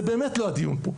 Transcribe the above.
זה באמת לא הדיון פה.